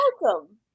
welcome